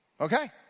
Okay